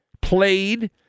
played